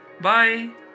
Bye